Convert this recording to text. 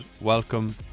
welcome